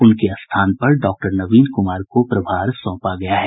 उनके स्थान पर डॉक्टर नवीन कुमार को प्रभार सौंपा गया है